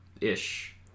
Ish